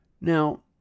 Now